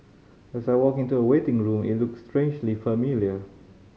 as I walked into the waiting room it looked strangely familiar